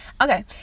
Okay